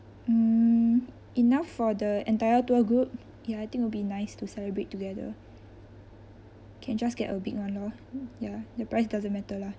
mm enough for the entire tour group ya I think will be nice to celebrate together can just get a big one lor ya the price doesn't matter lah